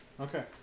Okay